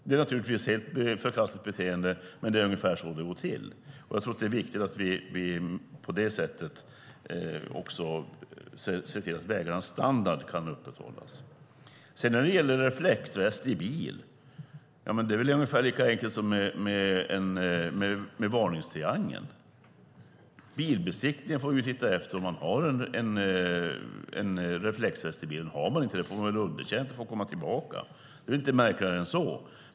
Det är naturligtvis ett förkastligt beteende, men det är ungefär så det går till. Jag tror att det är viktigt att vi på det sättet ser till att vägarnas standard kan upprätthållas. När det gäller reflexväst i bil är det ungefär lika enkelt som varningstriangel. Bilbesiktningen får titta efter om det finns en reflexväst i bilen. Om man inte har det får man underkänt och får komma tillbaka. Det är inte märkligare än så.